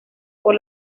por